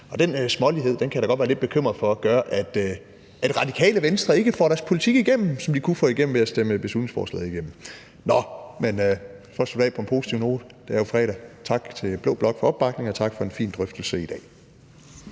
Den smålighed kan jeg da godt være lidt bekymret for gør, at Radikale Venstre ikke får deres politik igennem, som de kunne få igennem ved at stemme beslutningsforslaget igennem. Nå, men for at slutte af på en positiv note – det er jo fredag: Tak til blå blok for opbakningen, og tak for en fin drøftelse i dag.